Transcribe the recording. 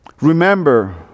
Remember